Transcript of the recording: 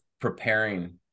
preparing